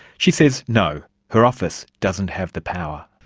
she says, no, her office doesn't have the power.